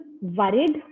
worried